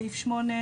סעיף 8,